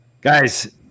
Guys